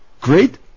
Great